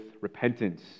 repentance